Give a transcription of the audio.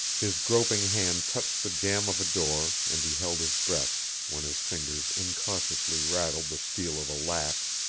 his groping hand touched the jam of a door and he held his breath when his fingers incautiously rattled the steel of a latch.